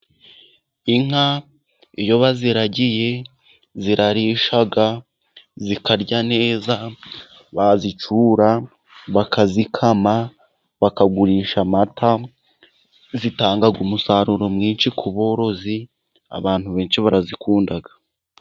Inka iyo baziraragiye zirarisha zikarya neza bazishyura bakazikama bakagurisha amata, zitanga umusaruro mwinshi ku borozi abantu benshi barazikunda.